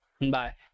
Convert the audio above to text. bye